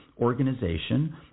organization